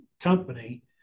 company